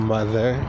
Mother